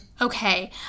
okay